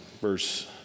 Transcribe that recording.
Verse